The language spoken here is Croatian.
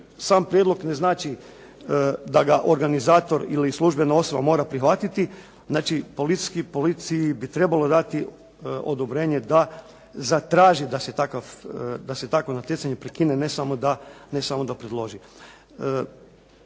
sam prijedlog ne znači da ga organizator ili službena osoba mora prihvatiti. Znači, policiji bi trebalo dati odobrenje da zatraži da se takvo natjecanje prekine, ne samo da predloži.